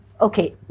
Okay